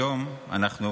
היום אנחנו,